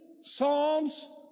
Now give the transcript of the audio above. Psalms